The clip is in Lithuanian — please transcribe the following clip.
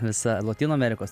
visą lotynų amerikos